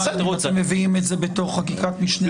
אם אתם מביאים את זה בתוך חקיקת משנה.